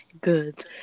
Good